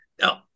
Now